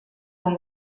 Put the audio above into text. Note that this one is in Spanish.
con